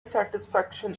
satisfaction